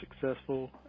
successful